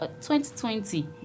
2020